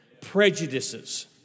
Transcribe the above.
prejudices